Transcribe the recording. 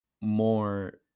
more